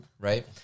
Right